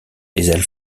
les